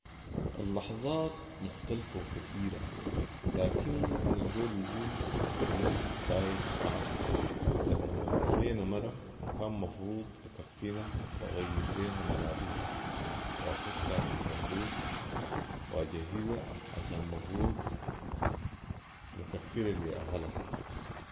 اللحظات مختلفه وكتيره ، لكن ممكن الزول يقول اكتر موقف بايخ وكعب ، لما ماتت لينا مره وكان مفروض اكفنها واغير ليها ملابسها واختها في صندوق واجهزها عشان مفروض نسفرها لي اهلها